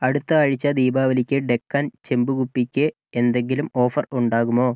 അടുത്ത ആഴ്ച ദീപാവലിക്ക് ഡെക്കാൻ ചെമ്പ് കുപ്പിക്ക് എന്തെങ്കിലും ഓഫർ ഉണ്ടാകുമോ